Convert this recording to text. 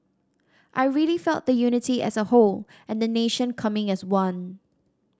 I really felt the unity as a whole and the nation coming as one